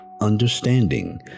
understanding